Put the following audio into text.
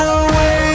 away